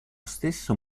stesso